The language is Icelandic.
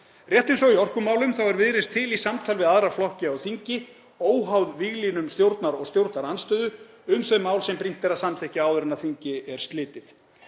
Rétt eins og í orkumálum er Viðreisn til í samtal við aðra flokka á þingi, óháð víglínum stjórnar og stjórnarandstöðu, um þau mál sem brýnt er að samþykkja áður en þingi er slitið.